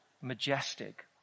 majestic